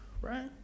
right